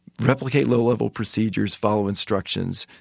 replicate low-level procedures, follow instructions,